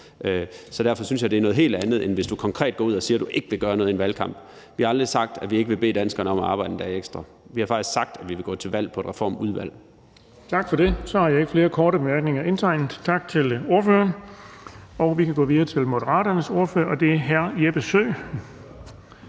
Så derfor synes jeg, det er noget helt andet, end hvis du konkret går ud og siger i en valgkamp, at du ikke vil gøre noget. Vi har aldrig sagt, at vi ikke ville bede danskerne om at arbejde en dag ekstra. Vi har faktisk sagt, at vi ville gå til valg på at nedsætte et reformudvalg. Kl. 15:01 Den fg. formand (Erling Bonnesen): Tak for det. Så har jeg ikke flere korte bemærkninger indtegnet. Tak til ordføreren. Og vi kan gå videre til Moderaternes ordfører, og det er hr. Jeppe Søe.